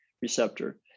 receptor